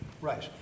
Right